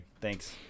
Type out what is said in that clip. Thanks